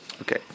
Okay